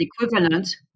equivalent